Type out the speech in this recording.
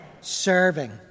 serving